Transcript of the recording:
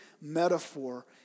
metaphor